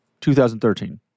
2013